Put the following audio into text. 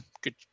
good